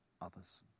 others